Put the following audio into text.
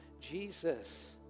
Jesus